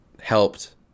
helped